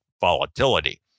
volatility